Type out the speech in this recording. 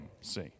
see